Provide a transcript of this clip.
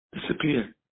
disappear